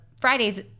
Friday's